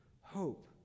hope